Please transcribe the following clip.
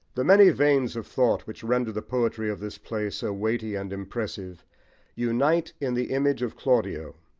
the many veins of thought which render the poetry of this play so weighty and impressive unite in the image of claudio,